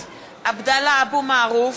(קוראת בשמות חברי הכנסת) עבדאללה אבו מערוף,